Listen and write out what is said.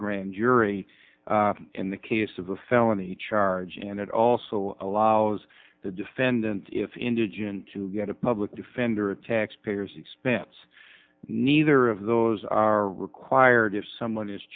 grand jury in the case of a felony charge and it also allows the defendant if indigent to get a public defender at taxpayers expense neither of those are required if someone is